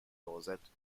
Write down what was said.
korsett